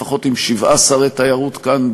לפחות עם שבעה שרי תיירות כאן,